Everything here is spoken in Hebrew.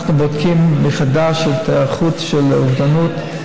אנחנו בודקים מחדש את ההיערכות, לאובדנות.